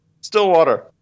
Stillwater